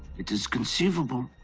it is conceivable,